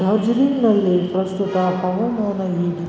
ಡಾರ್ಜಲಿಂಗ್ನಲ್ಲಿ ಪ್ರಸ್ತುತ ಹವಾಮಾನ ಹೇಗಿದೆ